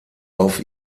auf